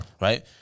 right